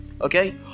okay